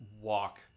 walk